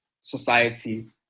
society